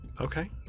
Okay